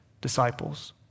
disciples